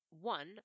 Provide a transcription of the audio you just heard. one